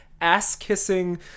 ass-kissing